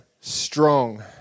strong